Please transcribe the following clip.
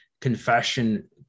confession